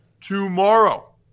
tomorrow